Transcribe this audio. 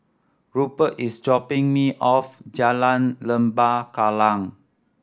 Rupert is dropping me off Jalan Lembah Kallang